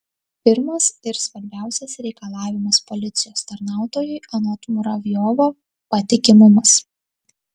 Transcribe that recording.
pirmas ir svarbiausias reikalavimas policijos tarnautojui anot muravjovo patikimumas